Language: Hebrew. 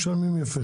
משלמים יפה.